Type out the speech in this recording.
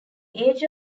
age